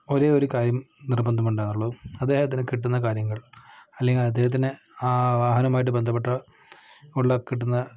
ഒരേ ഒരു കാര്യം നിർബന്ധമുണ്ടായിരുന്നുള്ളൂ അദ്ദേഹത്തിന് കിട്ടുന്ന കാര്യങ്ങൾ അല്ലെങ്കിൽ അദ്ദേഹത്തിന് ആ വാഹനവുമായി ബന്ധപ്പെട്ട ഉള്ള കിട്ടുന്ന